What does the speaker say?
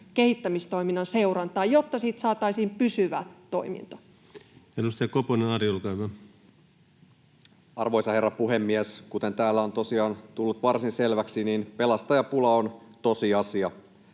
kehittämistoiminnan seurantaa, jotta siitä saataisiin pysyvä toiminto? Edustaja Koponen, Ari, olkaa hyvä. Arvoisa herra puhemies! Kuten täällä on tosiaan tullut varsin selväksi, pelastajapula on tosiasia.